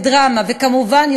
בדרמה וכמובן,